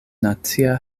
nacia